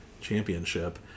championship